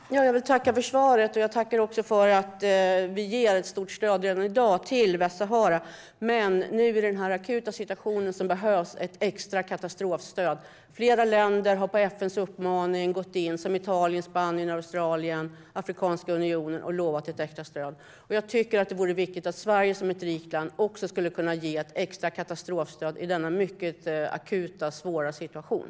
Herr talman! Jag vill tacka för svaret. Jag tackar också för att Sverige ger ett stort stöd redan i dag till Västsahara. Men i den akuta situationen behövs ett extra katastrofstöd. Flera länder - Italien, Spanien, Australien, Afrikanska unionen - har på FN:s uppmaning lovat ett extra stöd. Det vore viktigt att Sverige som ett rikt land också kunde ge ett extra katastrofstöd i denna mycket akuta och svåra situation.